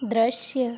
दृश्य